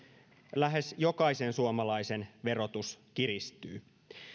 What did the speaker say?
lähes jokaisen suomalaisen verotus kiristyy